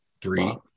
three